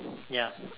ya